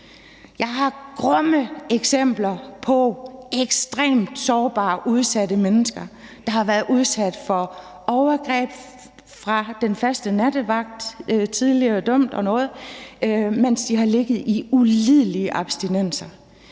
Jeg har grumme eksempler på ekstremt sårbare og udsatte mennesker, der har været udsat for overgreb fra den faste nattevagt, som var tidligere dømt for noget, mens de har ligget i ulidelige abstinenser,